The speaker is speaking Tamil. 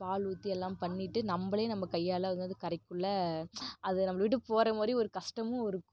பால் ஊற்றி எல்லாம் பண்ணிட்டு நம்மளே நம்ம கையால் அதை வந்து கரைக்குள்ள அது நம்மளை விட்டு போகிற மாதிரி ஒரு கஷ்டமும் இருக்கும்